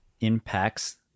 impacts